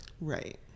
Right